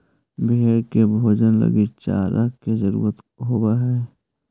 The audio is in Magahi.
भेंड़ के भोजन लगी चारा के जरूरत होवऽ हइ